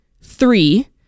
Three